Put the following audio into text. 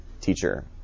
teacher